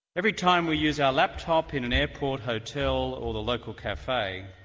every time we use our laptop in an airport, hotel or the local cafe,